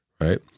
Right